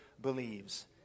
believes